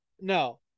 no